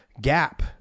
gap